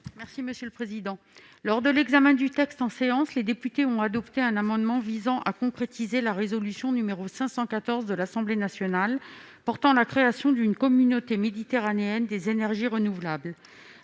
Mme Nicole Duranton. Lors de l'examen du texte en séance, les députés ont adopté un amendement visant à concrétiser la résolution n° 514 de l'Assemblée nationale pour la création d'une communauté méditerranéenne des énergies renouvelables.